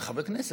כחברי הכנסת,